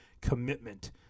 commitment